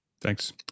thanks